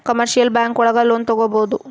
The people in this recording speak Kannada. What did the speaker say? ಕಮರ್ಶಿಯಲ್ ಬ್ಯಾಂಕ್ ಒಳಗ ಲೋನ್ ತಗೊಬೋದು